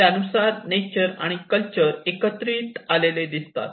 त्यानुसार नेचर आणि कल्चर एकत्र आलेले दिसतात